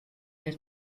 der